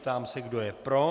Ptám se, kdo je pro.